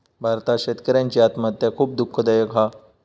भारतात शेतकऱ्यांची आत्महत्या खुप दुःखदायक हा